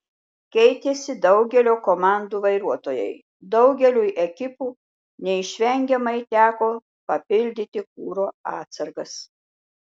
keitėsi daugelio komandų vairuotojai daugeliui ekipų neišvengiamai teko papildyti kuro atsargas